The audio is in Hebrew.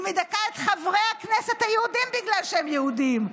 היא מדכאת את חברי הכנסת היהודים בגלל שהם יהודים?